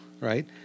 Right